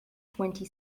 twenty